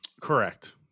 Correct